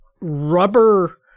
rubber